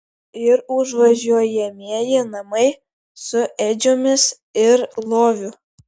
ir užvažiuojamieji namai su ėdžiomis ir loviu